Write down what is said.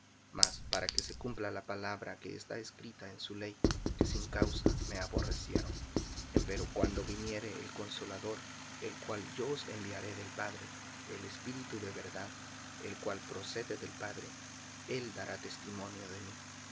mas para que se cumpla la palabra que está escrita en su ley que sin causa me aborrecieron empero cuando viniere el consolador el cual yo os enviaré del padre el espíritu de verdad el cual procede del padre él dará testimonio de mí